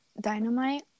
Dynamite